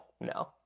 no